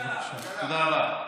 תודה רבה.